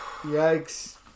yikes